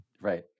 Right